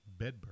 Bedburg